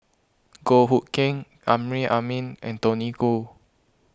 Goh Hood Keng Amrin Amin and Tony Khoo